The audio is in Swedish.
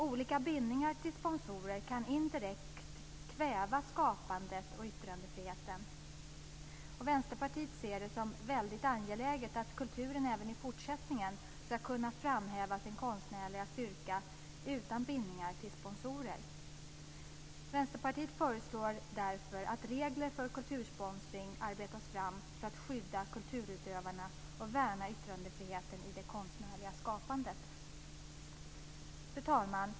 Olika bindningar till sponsorer kan indirekt kväva skapandet och yttrandefriheten. Vänsterpartiet ser det som väldigt angeläget att kulturen även i fortsättningen ska kunna framhäva sin konstnärliga styrka utan bindningar till sponsorer. Vänsterpartiet föreslår därför att regler för kultursponsring arbetas fram för att skydda kulturutövarna och värna yttrandefriheten i det konstnärliga skapandet. Fru talman!